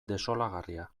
desolagarria